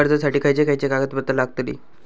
कर्जासाठी खयचे खयचे कागदपत्रा लागतली?